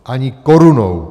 Ani korunou!